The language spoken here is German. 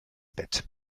bett